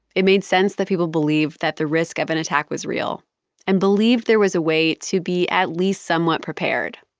it made sense that people believed that the risk of an attack was real and believed there was a way to be at least somewhat prepared.